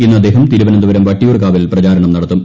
ഇന്ന് അദ്ദേഹം തിരുവനന്തപുരം വട്ടിയൂർക്കാവിൽ പ്രചാരണം നടത്തും